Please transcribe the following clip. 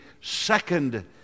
second